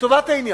לטובת העניין,